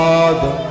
Father